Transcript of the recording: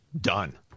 done